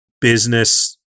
business